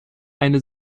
eine